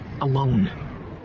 alone